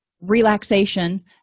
relaxation